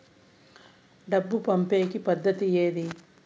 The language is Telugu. డబ్బు పంపేకి పద్దతి ఏది